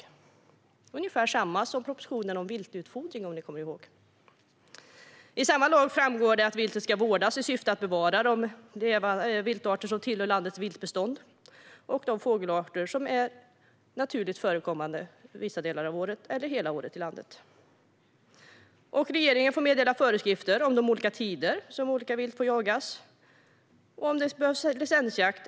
Det är ungefär samma som med propositionen om viltutfodring, om ni kommer ihåg. I samma lag framgår det att "viltet skall vårdas i syfte att bevara de viltarter som tillhör landets viltbestånd" och de fågelarter som är naturligt förekommande i landet vissa delar av året eller hela året. Regeringen får meddela föreskrifter om de olika tider då olika vilt får jagas. Det kan behövas licensjakt.